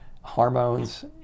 hormones